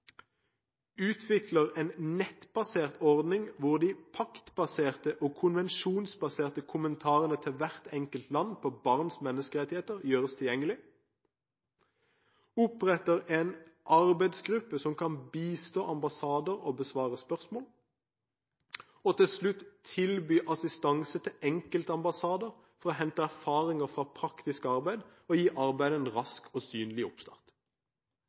en nettbasert ordning hvor de paktbaserte og konvensjonsbaserte kommentarene til hvert enkelt land på barns menneskerettigheter gjøres tilgjengelig opprette en arbeidsgruppe som kan bistå ambassader og besvare spørsmål og til slutt: Tilby assistanse til enkeltambassader for å hente erfaringer fra praktisk arbeid og gi arbeidet en rask og synlig oppstart.